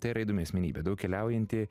tai yra įdomi asmenybė daug keliaujanti